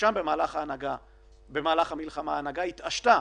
ששם במהלך המלחמה ההנהגה התעשתה